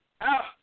Out